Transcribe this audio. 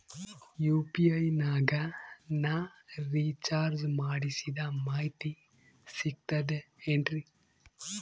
UPI ನಾಗ ನಾ recharge ಮಾಡಿಸಿದ ಮಾಹಿತಿ ಸಿಕ್ತದೆ ಏನ್ರಿ?